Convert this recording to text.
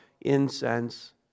incense